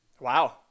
Wow